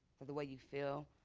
the way you feel?